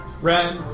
red